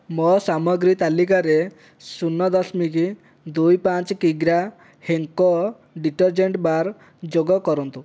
ମୋ ସାମଗ୍ରୀ ତାଲିକାରେ ଶୂନ ଦଶମିକ ଦୁଇ ପାଞ୍ଚ କିଗ୍ରା ହେଙ୍କୋ ଡିଟରଜେଣ୍ଟ୍ ବାର୍ ଯୋଗ କରନ୍ତୁ